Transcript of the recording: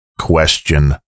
question